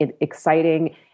exciting